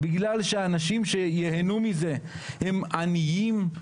בגלל שאנשים שייהנו מזה, הם עניים?